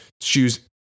Choose